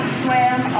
swam